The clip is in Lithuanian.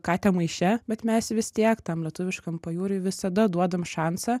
katę maiše bet mes vis tiek tam lietuviškam pajūriui visada duodam šansą